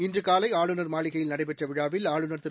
இன்று காலை ஆளுநர் மாளிகையில் நடைபெற்ற விழாவில் ஆளுநர் திரு